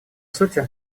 сути